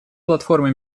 платформы